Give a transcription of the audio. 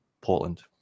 Portland